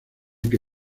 que